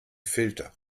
filter